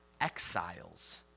exiles